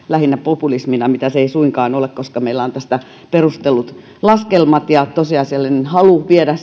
lähinnä populismina mitä se ei suinkaan ole koska meillä on tästä perustellut laskelmat ja tosiasiallinen halu viedä